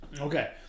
Okay